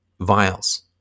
vials